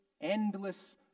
endless